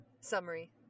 Summary